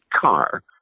car